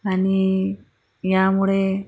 आणि यामुळे